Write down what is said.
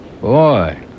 boy